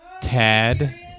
Tad